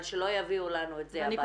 אבל שלא יביאו אלינו את זה הביתה.